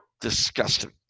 Disgusting